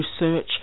research